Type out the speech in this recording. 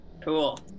Cool